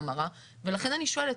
לכן אני שואלת,